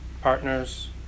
partners